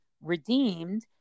redeemed